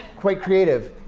quite creative.